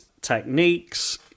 techniques